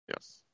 Yes